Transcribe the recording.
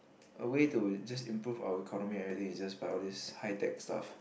a way to just improve our economy everything is just by all these high tech stuff